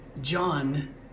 John